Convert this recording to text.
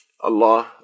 Allah